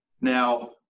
Now